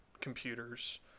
computers